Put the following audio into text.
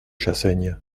chassaigne